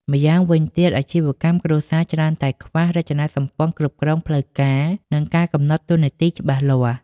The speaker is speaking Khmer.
ម្យ៉ាងវិញទៀត អាជីវកម្មគ្រួសារច្រើនតែខ្វះ រចនាសម្ព័ន្ធគ្រប់គ្រងផ្លូវការ និងការកំណត់តួនាទីច្បាស់លាស់។